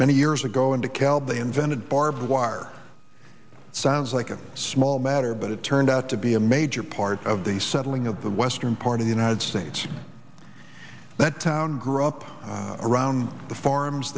many years ago in dekalb they invented barbed wire sounds like a small matter but it turned out to be a major part of the settling of the western part of the united states that town grew up around the farms